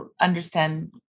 understand